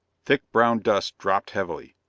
thick brown dust dropped heavily.